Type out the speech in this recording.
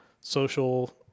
social